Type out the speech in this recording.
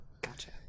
gotcha